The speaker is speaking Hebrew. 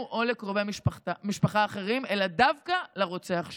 או לקרובי משפחה אחרים אלא דווקא לרוצח שלה.